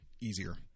easier